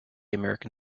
american